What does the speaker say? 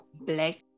black